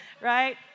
right